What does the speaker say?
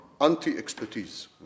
anti-expertise